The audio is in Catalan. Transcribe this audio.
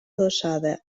adossada